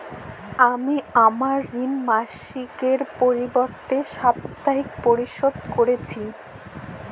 আমি আমার ঋণ মাসিকের পরিবর্তে সাপ্তাহিক পরিশোধ করছি